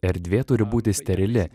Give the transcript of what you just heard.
erdvė turi būti sterili